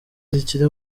zikiri